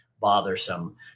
bothersome